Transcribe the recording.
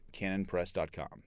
canonpress.com